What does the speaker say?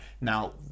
Now